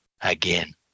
again